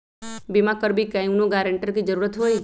बिमा करबी कैउनो गारंटर की जरूरत होई?